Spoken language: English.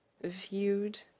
viewed